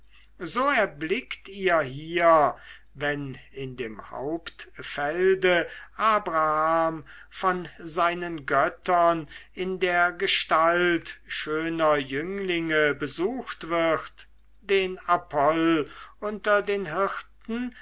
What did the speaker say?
so erblickt ihr hier wenn in dem hauptfelde abraham von seinen göttern in der gestalt schöner jünglinge besucht wird den apoll unter den hirten